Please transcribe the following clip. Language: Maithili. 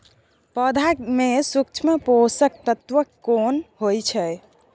पौधा में सूक्ष्म पोषक तत्व केना कोन होय छै?